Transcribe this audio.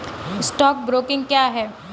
Stock broking क्या है?